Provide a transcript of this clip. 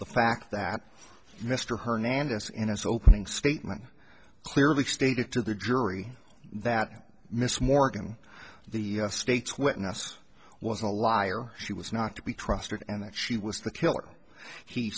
the fact that mr hernandez in his opening statement clearly stated to the jury that miss morgan the state's witness was a liar she was not to be trusted and that she was the killer he